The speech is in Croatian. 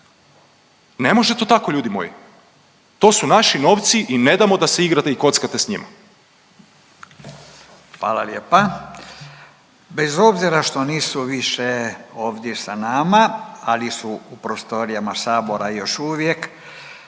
Ne može to tako ljudi moji! To su naši novci i ne damo da se igrate i kockate sa njima. **Radin, Furio (Nezavisni)** Hvala lijepa. Bez obzira što nisu više ovdje sa nama, ali su u prostorijama Sabora još uvijek,